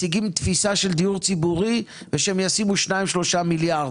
מציגים תפיסה של דיור ציבורי ושהם ישימו 2 3 מיליארד.